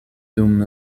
dum